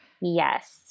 Yes